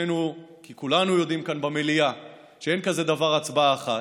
כי כולנו יודעים כאן במליאה שאין כזה דבר הצבעה אחת.